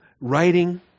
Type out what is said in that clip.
writing